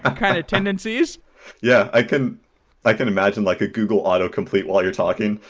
ah kind of tendencies yeah. i can i can imagine like a google auto complete while you're talking.